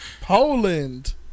Poland